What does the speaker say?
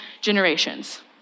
generations